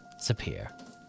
Sapir